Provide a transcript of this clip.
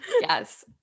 Yes